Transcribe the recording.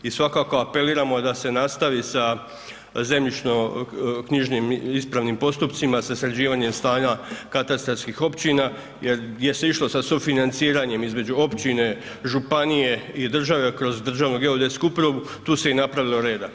I svakako apeliramo da se nastavi sa zemljišnoknjižnim ispravnim postupcima, sa sređivanjem stanja katastarskih općina jer gdje se išlo sa sufinanciranjem između općine, županije i države kroz Državnu geodetsku upravu tu se i napravilo reda.